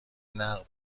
نقدی